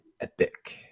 epic